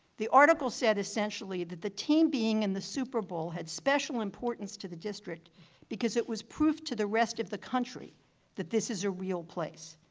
the article said essentially that the team being in the super bowl had special importance to the district because it was proof to the rest of the country that this is a real place.